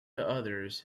others